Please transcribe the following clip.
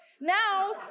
now